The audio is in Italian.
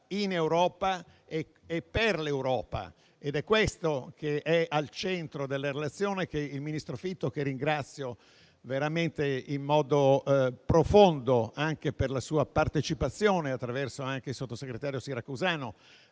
in Europa e per l'Europa, ed è l'elemento centrale della relazione del ministro Fitto, che ringrazio veramente in modo profondo anche per la sua partecipazione, anche attraverso il sottosegretario Siracusano,